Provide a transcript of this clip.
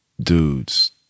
dudes